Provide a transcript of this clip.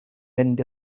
mynd